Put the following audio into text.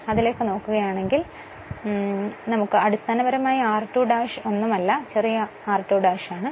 അതിനാൽ അടിസ്ഥാനപരമായി r2 ' ഒന്നുമല്ല ചെറിയ r2' ആണ്